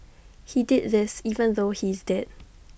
he did this even though he is dead